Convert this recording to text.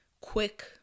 quick